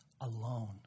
alone